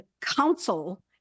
council